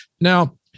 now